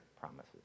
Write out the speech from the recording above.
promises